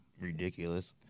ridiculous